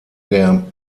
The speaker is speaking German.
der